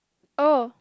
oh